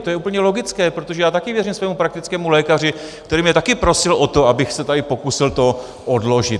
To je úplně logické, protože já taky věřím svému praktickému lékaři, který mě taky prosil o to, abych se tady pokusil to odložit.